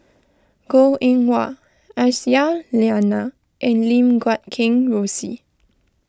Goh Eng Wah Aisyah Lyana and Lim Guat Kheng Rosie